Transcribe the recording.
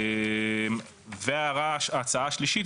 וההצעה השלישית,